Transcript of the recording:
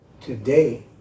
today